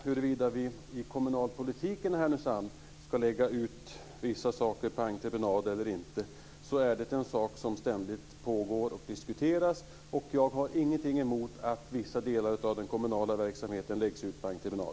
Huruvida vi i kommunalpolitiken i Härnösand skall lägga ut vissa saker på entreprenad eller inte är en sak som ständigt pågår och diskuteras. Jag har ingenting emot att vissa delar av den kommunala verksamheten läggs ut på entreprenad.